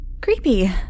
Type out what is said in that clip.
creepy